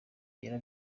byera